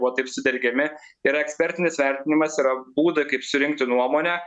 buvo taip sudergiami yra ekspertinis vertinimas yra būdai kaip surinkti nuomonę